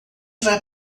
vai